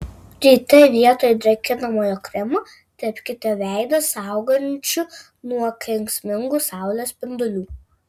ryte vietoj drėkinamojo kremo tepkite veidą saugančiu nuo kenksmingų saulės spindulių